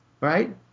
Right